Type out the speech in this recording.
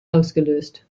ausgelöst